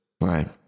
Right